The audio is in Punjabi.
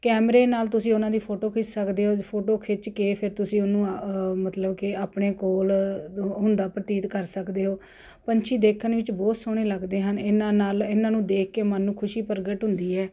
ਕੈਮਰੇ ਨਾਲ ਤੁਸੀਂ ਉਹਨਾਂ ਦੀ ਫੋਟੋ ਖਿੱਚ ਸਕਦੇ ਹੋ ਫੋਟੋ ਖਿੱਚ ਕੇ ਫਿਰ ਤੁਸੀਂ ਉਹਨੂੰ ਮਤਲਬ ਕਿ ਆਪਣੇ ਕੋਲ ਹੁੰਦਾ ਪ੍ਰਤੀਤ ਕਰ ਸਕਦੇ ਹੋ ਪੰਛੀ ਦੇਖਣ ਵਿੱਚ ਬਹੁਤ ਸੋਹਣੇ ਲੱਗਦੇ ਹਨ ਇਹਨਾਂ ਨਾਲ ਇਹਨਾਂ ਨੂੰ ਦੇਖ ਕੇ ਮਨ ਨੂੰ ਖੁਸ਼ੀ ਪ੍ਰਗਟ ਹੁੰਦੀ ਹੈ